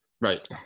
Right